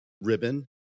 ribbon